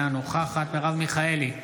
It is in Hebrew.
אינה נוכחת מרב מיכאלי,